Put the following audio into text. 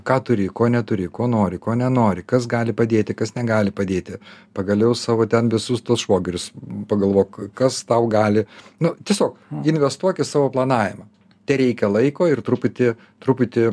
ką turi ko neturi ko nori ko nenori kas gali padėti kas negali padėti pagaliau savo ten visus tuos švogerius pagalvok kas tau gali nu tiesiog investuok į savo planavimą tereikia laiko ir truputį truputį